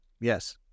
Yes